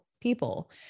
people